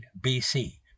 BC